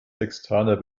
sextaner